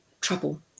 trouble